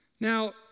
Now